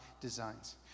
designs